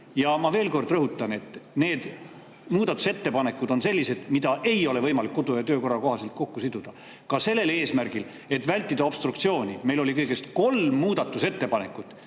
Ma veel kord rõhutan, et need muudatusettepanekud on sellised, mida ei ole võimalik kodu- ja töökorra seaduse kohaselt kokku siduda ka sel eesmärgil, et vältida obstruktsiooni. Meil oli kõigest kolm muudatusettepanekut